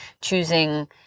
choosing